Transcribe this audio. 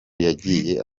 yagiye